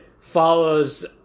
follows